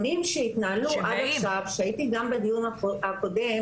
שהתנהלו עד עכשיו, הייתי גם בדיון הקודם,